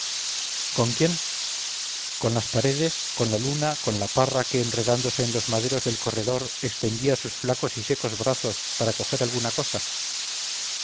con quién con las paredes con la luna con la parra que enredándose en los maderos del corredor extendía sus flacos y secos brazos para coger alguna cosa